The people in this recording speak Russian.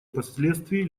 последствий